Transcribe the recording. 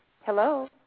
Hello